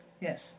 yes